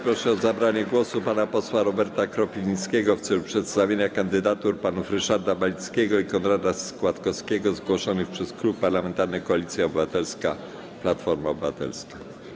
Proszę o zabranie głosu pana posła Roberta Kropiwnickiego w celu przedstawienia kandydatur panów Ryszarda Balickiego i Konrada Składowskiego, zgłoszonych przez Klub Parlamentarny Koalicja Obywatelska - Platforma Obywatelska.